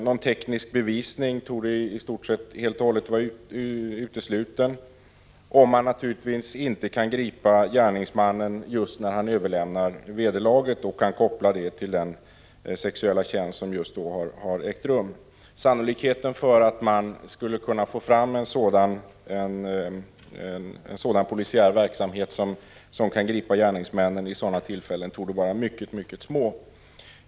Någon teknisk bevisning torde helt och hållet vara utesluten, om man inte kan gripa gärningsmannen just när han överlämnar vederlaget och på så sätt kan koppla det till den sexuella tjänst som just har gjorts. Sannolikheten för att man skulle kunna få fram en polisiär verksamhet som leder till att man kan gripa gärningsmännen vid sådana tillfällen torde vara mycket liten.